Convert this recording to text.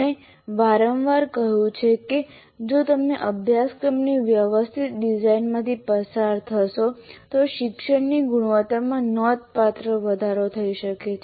આપણે વારંવાર કહ્યું છે કે જો તમે અભ્યાસક્રમની વ્યવસ્થિત ડિઝાઇનમાંથી પસાર થશો તો શિક્ષણની ગુણવત્તામાં નોંધપાત્ર વધારો થઈ શકે છે